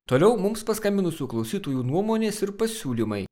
toliau mums paskambinusių klausytojų nuomonės ir pasiūlymai